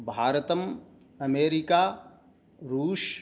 भारतम् अमेरिका रुष्